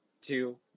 two